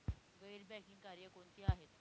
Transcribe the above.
गैर बँकिंग कार्य कोणती आहेत?